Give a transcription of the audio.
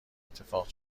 اتفاق